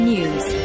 News